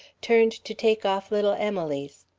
turned to take off little emily's.